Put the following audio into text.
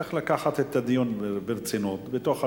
צריך לקחת את הדיון ברצינות בתוך הממשלה,